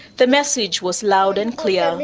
the message was loud and clear.